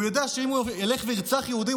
הוא יודע שאם הוא ילך וירצח יהודי,